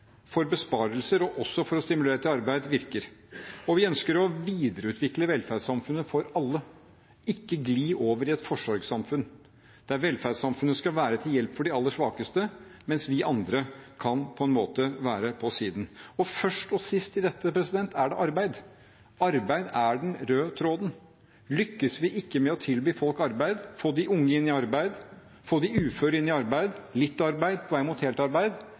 for besparelser og også for å stimulere til arbeid, virker. Vi ønsker å videreutvikle velferdssamfunnet for alle – ikke gli over i et forsorgssamfunn der velferdssamfunnet skal være til hjelp for de aller svakeste, mens vi andre kan, på en måte, være på siden. Først og sist i dette er det arbeid. Arbeid er den røde tråden. Lykkes vi ikke med å tilby folk arbeid, få de unge inn i arbeid, få de uføre inn i arbeid – litt arbeid, på vei mot fullt arbeid